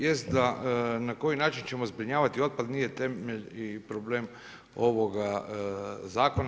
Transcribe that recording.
Jest da na koji način ćemo zbrinjavati otpad nije temelj i problem ovoga zakona.